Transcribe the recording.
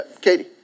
Katie